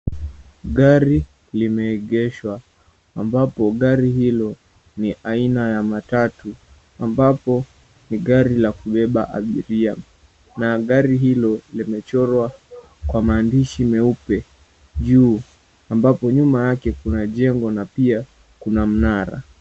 Gari limeegeshwa ambapo gari hilo ni ya aina ya matatu ambapo ni gari la kubeba abiria na gari hilo kimechorwa kwa maandishi meupe juu ambapo nyuma kuna jengo na pia kuna mnara.